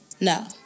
No